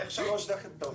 איך שלוש דקות?